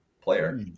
player